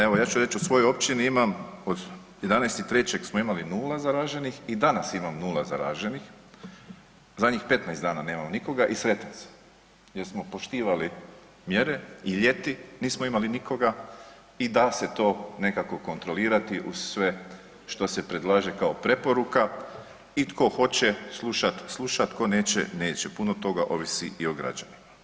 Evo ja ću reći u svojoj općini imam od 11.3. smo imali nula zaraženih i danas imam nula zaraženih, zadnjih 15 dana nemamo nikoga i sretan sam jer smo poštivali mjere i ljeti nismo imali nikoga i da se to nekako kontrolirati uz sve što se predlaže kao preporuka i tko hoće slušat, sluša, tko neće neće, puno toga ovisi i o građanima.